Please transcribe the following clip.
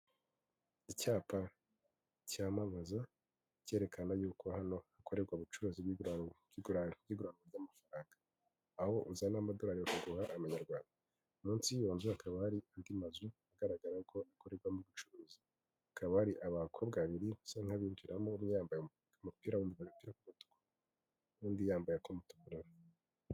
Icyapa cyamamaza cyerekana y'uko hano hakorerwa ubucuruzi bw'ibirango by'igurana ry'amafaranga, aho uzana amadolari bakaguha amanyarwanda. Munsi yiyo nzu hakaba hari andi mazu agaragara ko akorerwamo ubucuruzi, hakaba hari abakobwa babiri basa nk'abinjiramo umwe yambaye umupira w'umuturu n'undi yambaye ak'umutuku rero.